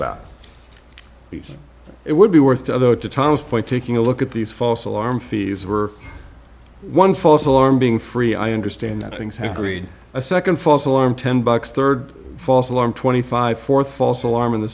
speech it would be worth to others to tom's point taking a look at these false alarm fees were one false alarm being free i understand that things have greed a second false alarm ten bucks third false alarm twenty five fourth false alarm in the